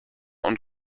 und